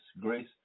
grace